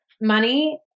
money